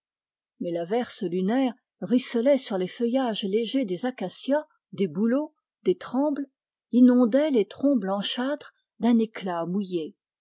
mais l'averse lunaire ruisselait sur les feuillages légers des acacias des bouleaux des trembles inondant les troncs pâles d'un éclat mouillé